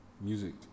music